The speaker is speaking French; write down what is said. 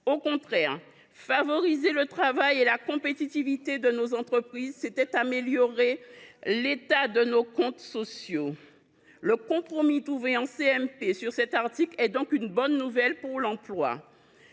Au contraire, favoriser le travail et la compétitivité de nos entreprises c’est améliorer l’état de nos comptes sociaux. Le compromis trouvé en CMP sur cet article est donc une bonne nouvelle pour l’emploi.